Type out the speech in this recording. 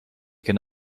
could